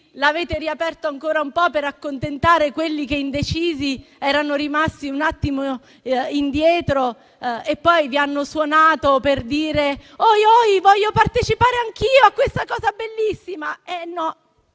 l'avete riaperto ancora un po' per accontentare quelli che, indecisi, erano rimasti un attimo indietro e poi vi hanno suonato per dire: «Ohi, ohi, voglio partecipare anch'io a questa cosa bellissima!».